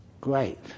Great